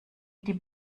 die